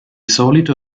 solito